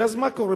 ואז מה קורה?